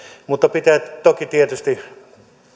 mutta pitää toki tietysti